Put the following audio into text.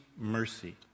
mercy